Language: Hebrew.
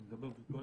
אני מדבר וירטואלית,